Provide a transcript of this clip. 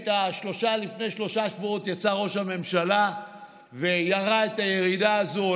לפני שלושה שבועות יצא ראש הממשלה וירד את הירידה הזאת.